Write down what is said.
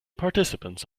participants